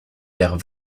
vers